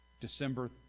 december